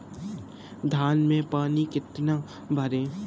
धान में पानी कितना भरें?